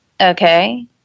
okay